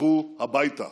לכו הביתה.